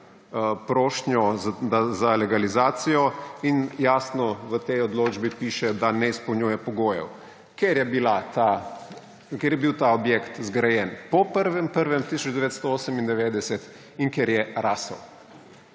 prošnjo za legalizacijo in jasno v tej odločbi piše, da ne izpolnjuje pogojev, ker je bil ta objekt zgrajen po 1. 1. 1998 in ker je rasel,